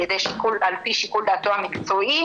על פי שיקול דעתו המקצועי,